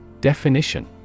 Definition